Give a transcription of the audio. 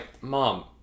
mom